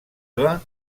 eva